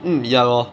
mm ya lor